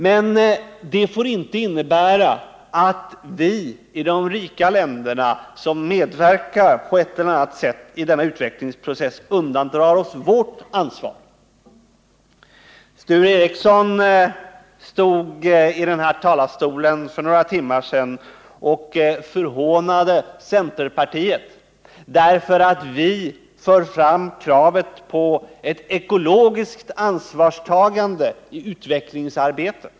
Men det får inte innebära att vi i de rika länderna, som medverkar på ett eller annat sätt i denna utvecklingsprocess, undandrar oss vårt ansvar. Sture Ericson stod i den här talarstolen för några timmar sedan och förhånade centerpartiet därför att vi för fram kravet på ett ekologiskt ansvarstagande i utvecklingsarbetet.